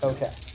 Okay